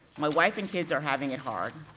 my wife and kids are having it hard.